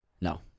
No